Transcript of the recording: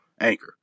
Anchor